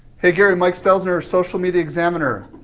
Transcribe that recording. hey, gary, mike stelzner of social media examiner.